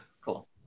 Cool